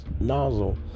nozzle